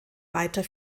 weiter